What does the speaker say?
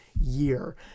year